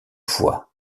fois